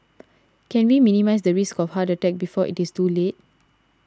can we minimise the risk of heart attack before it is too late